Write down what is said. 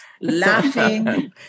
laughing